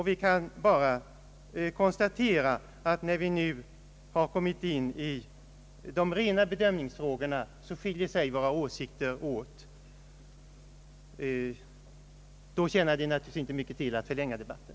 Vi kan bara konstatera att när vi nu har kommit in på de praktiska bedömningsfrågorna, skiljer sig våra åsikter åt, och då tjänar det naturligtvis inte mycket till att förlänga debatten.